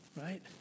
Right